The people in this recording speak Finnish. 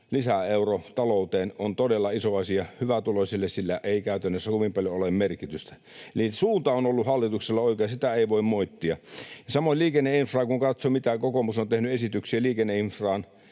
lisäeuro talouteen on todella iso asia, hyvätuloisille sillä ei käytännössä kovin paljon ole merkitystä. Eli suunta on ollut hallituksella oikea, sitä ei voi moittia. Samoin liikenneinfra. Kun katsoo, mitä esityksiä kokoomus on tehnyt liikenneinfraan,